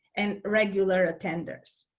and regular attenders.